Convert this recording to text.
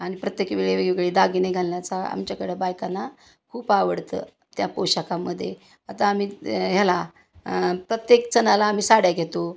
आणि प्रत्येक वेगवेगवेगळी दागिने घालण्याचा आमच्याकडं बायकांना खूप आवडतं त्या पोशाखामध्ये आता आम्ही ह्याला प्रत्येक सणाला आम्ही साड्या घेतो